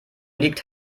liegt